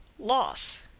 loss,